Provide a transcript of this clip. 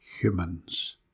Humans